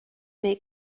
make